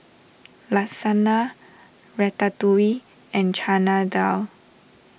Lasagna Ratatouille and Chana Dal